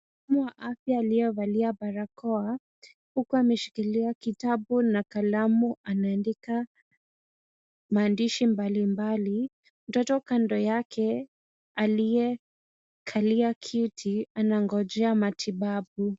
Mhudumu wa afya aliyevalia barakoa, huku ameshikilia kitabu na kalamu, anaandika maandishi mbalimbali. Mtoto kando yake aliyekalia kiti, anangojea matibabu.